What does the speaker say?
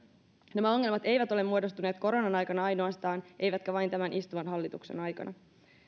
nämä ongelmat eivät ole muodostuneet koronan aikana ainoastaan eivätkä vain tämän istuvan hallituksen aikana